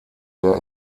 der